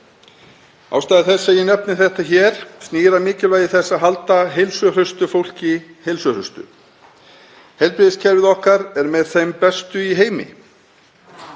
Ástæða þess að ég nefni þetta hér snýr að mikilvægi þess að halda heilsuhraustu fólki áfram heilsuhraustu. Heilbrigðiskerfið okkar er með þeim bestu í heimi,